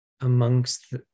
amongst